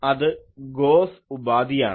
അത് ഗോസ് ഉപാധിയാണ്